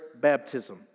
baptism